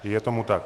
Je tomu tak.